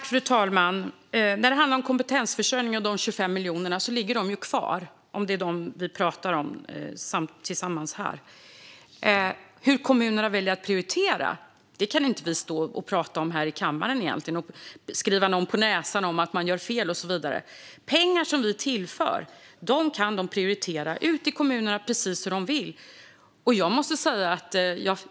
Fru talman! De 25 miljonerna för kompetensförsörjning ligger ju kvar, om det är dem vi pratar om här. Hur kommunerna väljer att prioritera kan vi inte prata om här i kammaren. Vi kan inte skriva någon på näsan att de gör fel. Ute i kommunerna får de själva prioritera hur de vill använda de pengar vi tillför.